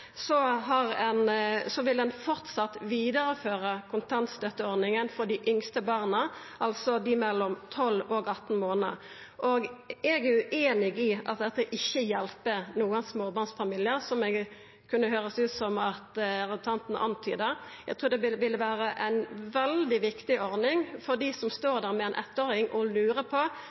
vil ein framleis vidareføra kontantstøtteordninga for dei yngste barna, altså dei mellom 12 månader og 18 månader. Eg er ueinig i at dette ikkje hjelper nokon småbarnsfamiliar, som det kunne høyrest ut som representanten antyda. Eg trur det vil vera ei veldig viktig ordning for dei som står der med ein eittåring og lurar på